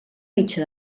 metge